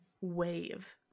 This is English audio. wave